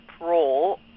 role